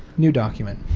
new document.